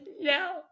No